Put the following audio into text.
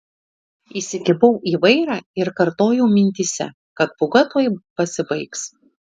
įsikibau į vairą ir kartojau mintyse kad pūga tuoj pasibaigs